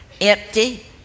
empty